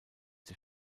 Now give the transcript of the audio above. der